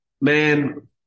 man